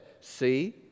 See